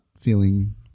feeling